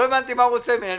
לא הבנתי מה הוא רוצה ממני,